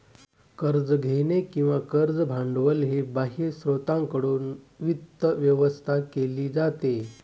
कर्ज घेणे किंवा कर्ज भांडवल हे बाह्य स्त्रोतांकडून वित्त व्यवस्था केली जाते